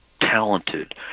talented